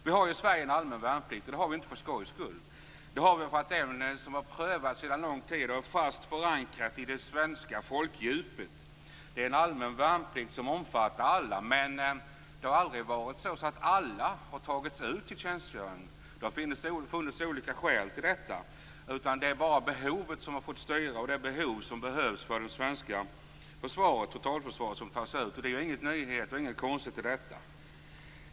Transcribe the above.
Vi har en allmän värnplikt i Sverige, och det har vi inte för skojs skull. Det har vi för att den har prövats sedan lång tid och är fast förankrad i det svenska folkdjupet. Det är en allmän värnplikt som omfattar alla, men det har aldrig varit så att alla har tagits ut till tjänstgöring. Det har funnits olika skäl till detta. Det är bara behovet som har fått styra, det behov som behövs för det svenska totalförsvaret. Det är inga nyheter och inget konstigt i detta.